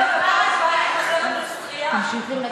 תמשיכי.